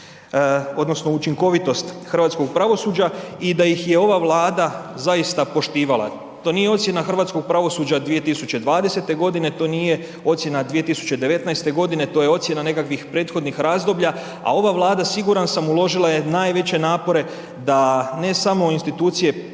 odnosno učinkovitost hrvatskog pravosuđa i da ih je ova Vlada zaista poštivala. To nije ocjena hrvatskog pravosuđa 2020. godine to nije ocjena 2019. godine, to je ocjena nekakvih prethodnih razdoblja, a ova Vlada siguran sam uložila je najveće napore da ne samo institucije